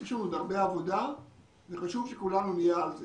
במכשיר אחר או בקורא מסך אחר ויהיו לי פערים.